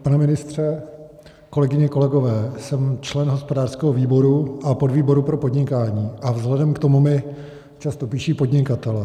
Pane ministře, kolegyně, kolegové, jsem člen hospodářského výboru a podvýboru pro podnikání a vzhledem k tomu mi často píší podnikatelé.